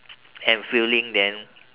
and filling then